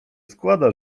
składa